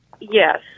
Yes